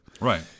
Right